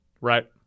Right